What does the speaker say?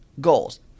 goals